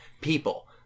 people